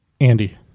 Andy